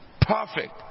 Perfect